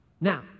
Now